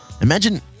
imagine